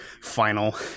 Final